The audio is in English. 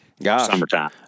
Summertime